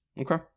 okay